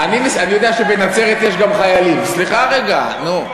אני יודע שבנצרת יש גם חיילים, סליחה רגע, נו.